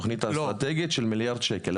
שזו תוכנית אסטרטגית של מיליארד שקלים,